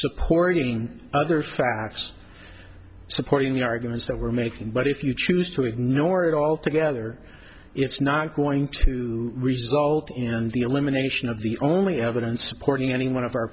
supporting other facts supporting the arguments that we're making but if you choose to ignore it altogether it's not going to result in the elimination of the only evidence supporting any one of our